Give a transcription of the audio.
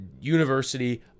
University